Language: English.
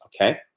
okay